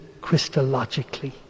christologically